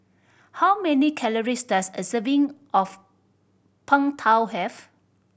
how many calories does a serving of Png Tao have